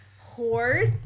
Horse